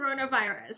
coronavirus